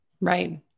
Right